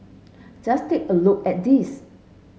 just take a look at these